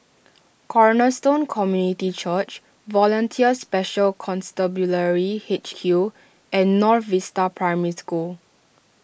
Cornerstone Community Church Volunteer Special Constabulary H Q and North Vista Primary School